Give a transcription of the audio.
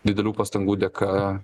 didelių pastangų dėka